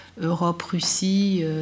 Europe-Russie